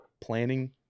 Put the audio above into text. planning